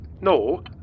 No